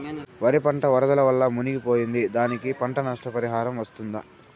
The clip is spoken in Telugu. వరి పంట వరదల వల్ల మునిగి పోయింది, దానికి పంట నష్ట పరిహారం వస్తుందా?